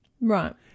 Right